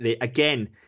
Again